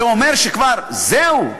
זה אומר שכבר זהו?